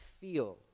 feel